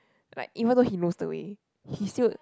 like even though he knows the way he still